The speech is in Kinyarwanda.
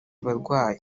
barwayi